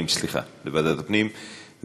והגנת הסביבה נתקבלה.